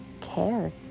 care